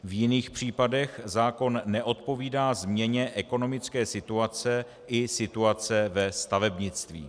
V jiných případech zákon neodpovídá změně ekonomické situace i situace ve stavebnictví.